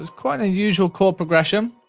quite an unusual chord progression.